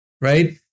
right